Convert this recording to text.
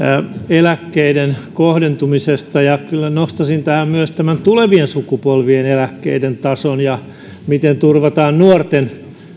eläkkeiden kohdentumisesta kyllä nostaisin tähän myös tämän tulevien sukupolvien eläkkeiden tason sen miten turvataan nuorten eläkkeiden taso